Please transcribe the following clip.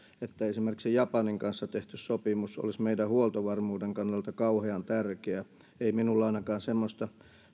että esimerkiksi japanin kanssa tehty sopimus olisi meidän huoltovarmuuden kannalta kauhean tärkeä ei minulla ainakaan semmoista